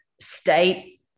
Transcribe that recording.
state